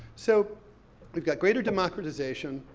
so we've got greater democratization,